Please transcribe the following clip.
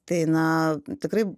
tai na tikrai